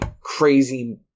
crazy